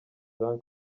jean